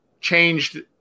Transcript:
changed